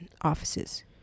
offices